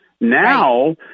Now